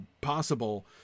possible